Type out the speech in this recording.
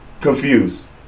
Confused